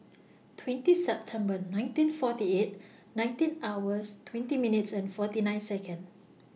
twenty September nineteen forty eight nineteen hours twenty minutes and forty nine Seconds